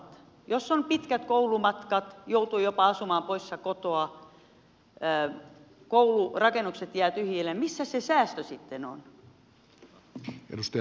jos on pitkät koulumatkat joutuu jopa asumaan poissa kokoa koulurakennukset jäävät tyhjilleen missä se säästö sitten on